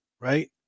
right